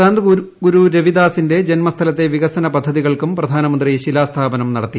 സന്ത്ഗുരു രവിദാസിന്റെ ജന്മസ്ഥലത്തെ വികസന പദ്ധതികൾക്കും പ്രധാനമന്ത്രി ശിലാസ്ഥാപനം നടത്തി